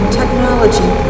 technology